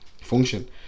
function